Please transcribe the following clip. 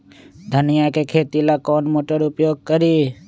धनिया के खेती ला कौन मोटर उपयोग करी?